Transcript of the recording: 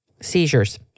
seizures